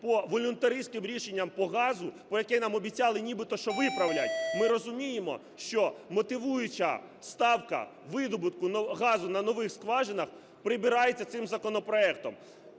по волюнтариським рішенням по газу, по яким нам обіцяли нібито що виправлять, ми розуміємо, що мотивуюча ставка видобутку газу на нових скважинах прибирається цим законопроектом.